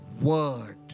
word